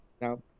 now